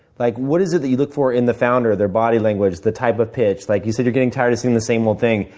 like what is it that you look for in the founder, their body language, the type of pitch? like you said you're getting tired of seeing the same old thing.